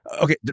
Okay